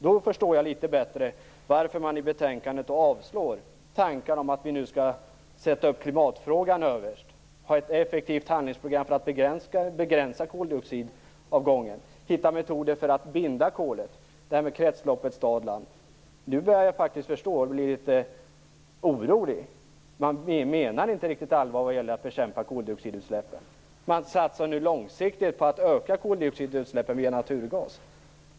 Nu förstår jag litet bättre varför man i betänkandet avslår tankar om att sätta klimatfrågan överst på agendan, skapa ett effektivt handlingsprogram för att begränsa koldioxidavgången och hitta metoder för att binda kolet. Det gäller kretsloppet stad-land. Nu börjar jag förstå och bli litet orolig. Ni menar inte riktigt allvar när det gäller att bekämpa koldioxidutsläppen. Man satsar långsiktigt på att öka koldioxidutsläppen via naturgas.